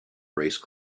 race